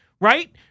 right